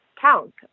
count